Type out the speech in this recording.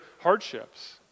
hardships